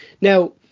Now